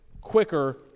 quicker